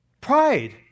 Pride